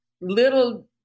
little